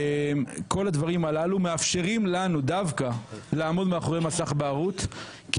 כל הדברים הללו דווקא מאפשרים לנו לעמוד מאחורי מסך הבערות כי